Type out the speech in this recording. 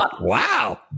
Wow